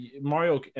Mario